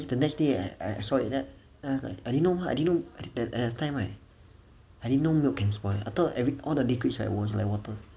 the next day I I saw it then I was like I didn't know I didn't know that time right I didn't know milk can spoil I thought every~ all the liquid right was like water